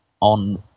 on